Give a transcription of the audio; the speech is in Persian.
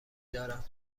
دارم